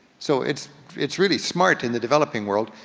so it's it's really smart in the developing world.